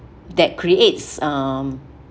that creates um